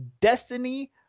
destiny